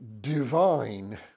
divine